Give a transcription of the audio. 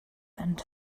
and